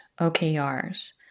OKRs